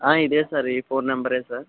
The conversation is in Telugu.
ఆ ఇదే సార్ ఈ ఫోన్ నెంబరే సార్